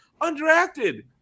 undrafted